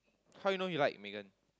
how you know he like Megan